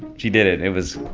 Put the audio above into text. she did it. it was.